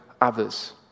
others